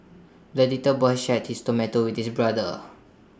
the little boy shared his tomato with his brother